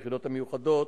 היחידות המיוחדות,